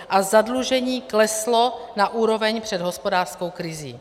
A zadlužení kleslo na úroveň před hospodářskou krizí.